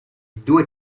due